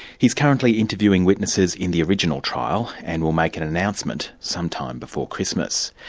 he's currently interviewing witnesses in the original trial, and will make an announcement sometime before christmas.